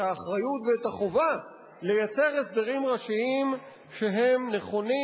את האחריות ואת החובה לייצר הסדרים ראשיים שהם נכונים,